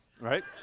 Right